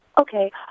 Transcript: Okay